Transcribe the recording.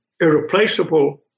irreplaceable